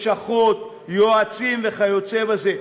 לשכות, יועצים וכיוצא בזה.